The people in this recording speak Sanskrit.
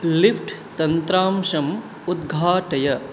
लिफ़्ट् तन्त्रांशम् उद्घाटय